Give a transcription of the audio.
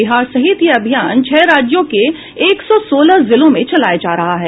बिहार सहित यह अभियान छह राज्यों के एक सौ सोलह जिलों में चलाया जा रहा है